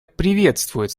приветствует